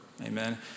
amen